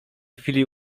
chwili